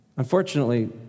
Unfortunately